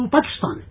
Pakistan